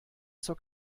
zur